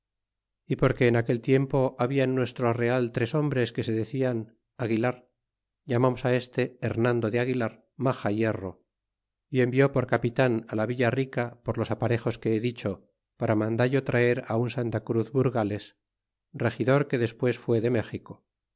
y porque en aquel tiempo habia en nuestro real tres hombres que se decian aguilar llamamamos este hernando de aguilar majahierro y envió por capitan la villa rica por los aparejos que he dicho para mandan traerá un santa cruz burgales regidor que despues fue de méxico